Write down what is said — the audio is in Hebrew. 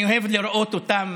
אני אוהב לראות אותם